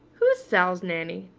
who's sal's nanny?